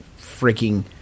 freaking